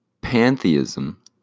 pantheism